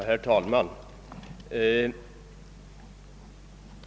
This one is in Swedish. Herr talman!